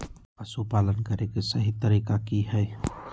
पशुपालन करें के सही तरीका की हय?